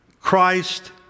Christ